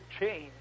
change